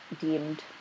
deemed